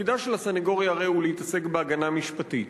תפקידה של הסניגוריה הרי להתעסק בהגנה משפטית.